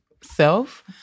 self